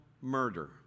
murder